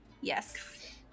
Yes